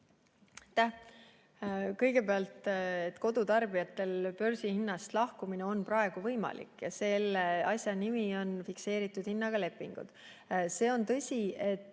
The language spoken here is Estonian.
Aitäh! Kõigepealt, kodutarbijatel börsihinnast lahkumine on praegu võimalik ja selle asja nimi on fikseeritud hinnaga lepingud. See on tõsi, et